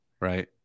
right